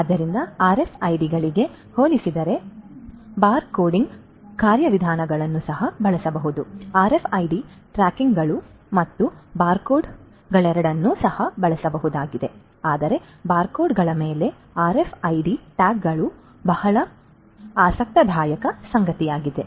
ಆದ್ದರಿಂದ ಆರ್ಎಫ್ಐಡಿಗಳಿಗೆ ಹೋಲಿಸಿದರೆ ಬಾರ್ ಕೋಡಿಂಗ್ ಕಾರ್ಯವಿಧಾನಗಳನ್ನು ಸಹ ಬಳಸಬಹುದು ಆರ್ಎಫ್ಐಡಿ ಟ್ಯಾಗ್ಗಳು ಮತ್ತು ಬಾರ್ಕೋಡ್ಗಳೆರಡನ್ನೂ ಸಹ ಬಳಸಬಹುದಾಗಿದೆ ಆದರೆ ಬಾರ್ಕೋಡ್ಗಳ ಮೇಲೆ ಆರ್ಎಫ್ಐಡಿ ಟ್ಯಾಗ್ಗಳು ಬಹಳ ಆಸಕ್ತಿದಾಯಕ ಸಂಗತಿಯಾಗಿದೆ